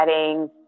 settings